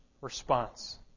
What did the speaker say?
response